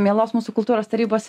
mielos mūsų kultūros tarybos